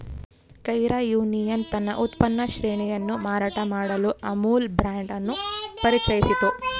Kaira union ತನ್ನ ಉತ್ಪನ್ನ ಶ್ರೇಣಿಯನ್ನು ಮಾರಾಟ ಮಾಡಲು ಅಮುಲ್ ಬ್ರಾಂಡ್ ಅನ್ನು ಪರಿಚಯಿಸಿತು